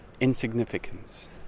insignificance